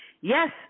Yes